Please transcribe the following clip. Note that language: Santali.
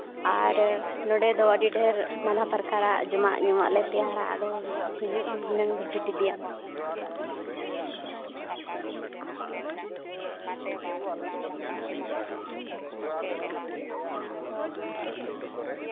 ᱟᱨ ᱱᱚᱸᱰᱮ ᱫᱚ ᱟᱹᱰᱤ ᱰᱷᱮᱨ ᱱᱟᱱᱟ ᱯᱨᱚᱠᱟᱨᱟᱜ ᱡᱚᱢᱟᱜᱼᱧᱩᱣᱟᱜ ᱞᱮ ᱛᱮᱭᱟᱨᱟ ᱟᱫᱚ ᱦᱤᱡᱩᱜᱼᱟᱢ ᱦᱩᱱᱟᱹᱝ ᱵᱷᱤᱡᱤᱴ ᱤᱫᱤᱭᱟᱢ